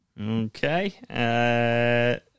Okay